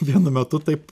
vienu metu taip